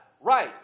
right